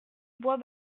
bois